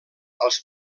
als